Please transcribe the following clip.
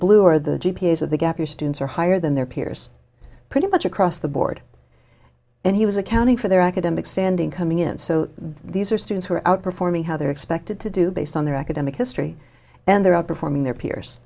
blue or the g p s of the gap year students are higher than their peers pretty much across the board and he was accounting for their academic standing coming in so these are students who are out performing how they're expected to do based on their academic history and there are performing their peers